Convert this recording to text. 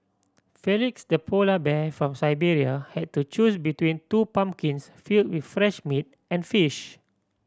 Felix the polar bear from Siberia had to choose between two pumpkins fill with fresh meat and fish